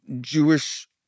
Jewish